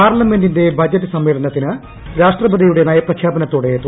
പാർലമെന്റിന്റെ ബജറ്റ് സമ്മേളനത്തിന് രാഷ്ട്രപതിയുടെ നയപ്രഖ്യാപനത്തോടെ തുടക്കം